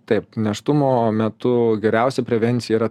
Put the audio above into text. taip nėštumo metu geriausia prevencija yra